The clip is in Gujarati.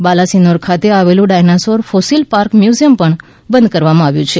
બાલાસિનોર ખાતે આવેલું ડાયનાસોર ફોસિલ પાર્ક મ્યુઝિયમ પણ બંધ કરવામાં આવ્યું છે